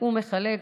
הוא מחלק.